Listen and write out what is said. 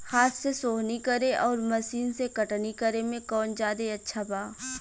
हाथ से सोहनी करे आउर मशीन से कटनी करे मे कौन जादे अच्छा बा?